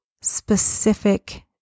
specific